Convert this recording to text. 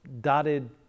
dotted